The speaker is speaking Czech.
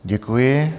Děkuji.